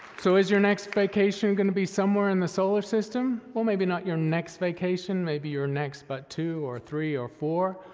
so, is your next vacation gonna be somewhere in the solar system? well, maybe not your next vacation, maybe your next by but two or three or four,